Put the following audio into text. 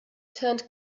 turned